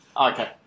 Okay